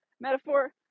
metaphor